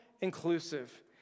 inclusive